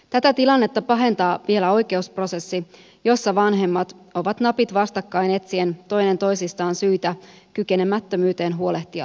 tätä tilannetta pahentaa vielä oikeusprosessi jossa vanhemmat ovat napit vastakkain etsien toinen toisistaan syytä kykenemättömyyteen huolehtia lapsesta